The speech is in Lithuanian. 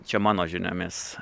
čia mano žiniomis